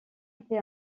été